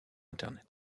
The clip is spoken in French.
internet